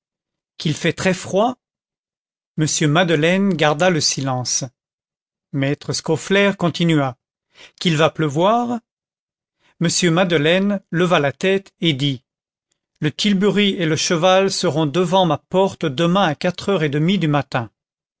qu'il fait très froid m madeleine garda le silence maître scaufflaire continua qu'il peut pleuvoir m madeleine leva la tête et dit le tilbury et le cheval seront devant ma porte demain à quatre heures et demie du matin